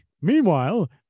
meanwhile